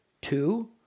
two